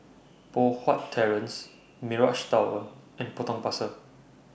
Poh Huat Terrace Mirage Tower and Potong Pasir